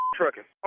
trucking